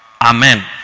Amen